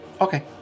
Okay